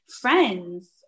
friends